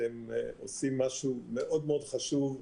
אתם עושים משהו מאוד מאוד חשוב.